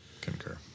Concur